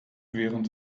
während